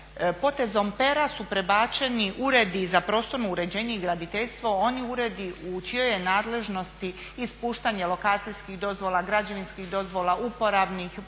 potezom pera su prebačeni uredi za prostorno uređenje i graditeljstvo, oni uredi u čijoj je nadležnosti ispuštanje lokacijskih dozvola, građevinskih dozvola, uporabnih,